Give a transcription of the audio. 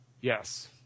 Yes